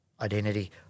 identity